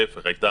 להיפך,